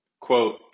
quote